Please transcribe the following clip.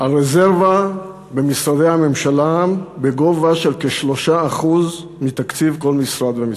הרזרבה במשרדי הממשלה בגובה של כ-3% מתקציב כל משרד ומשרד.